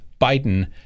Biden